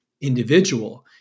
individual